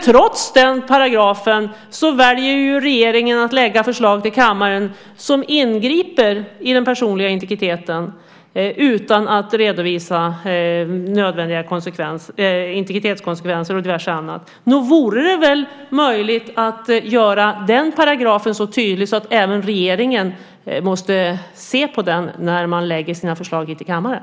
Trots denna paragraf väljer regeringen att lägga fram förslag för kammaren som ingriper i den personliga integriteten utan att redovisa nödvändiga integritetskonsekvenser och diverse annat. Nog vore det väl möjligt att göra den paragrafen så tydlig att även regeringen måste se på den när den lägger fram sina förslag för kammaren?